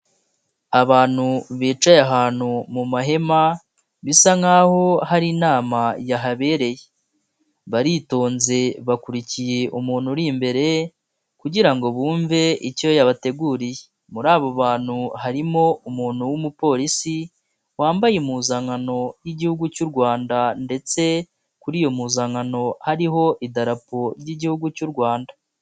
Abantu bicaye ahantu mu mahema bisa nkaho hari inama yahabereye, baritonze bakurikiye umuntu uri imbere kugira ngo bumve icyo yabateguriye, muri abo bantu harimo umuntu w'umupolisi wambaye impuzankano y'Igihugu cy'u Rwanda, ndetse kuri iyo mpuzankano hariho idarapo ry'Igihugu cy'u Rwanda.